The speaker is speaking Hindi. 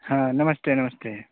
हाँ नमस्ते नमस्ते